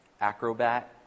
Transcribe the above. acrobat